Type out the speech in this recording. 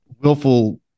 willful